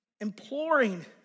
imploring